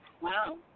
Wow